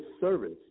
service